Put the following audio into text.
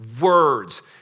words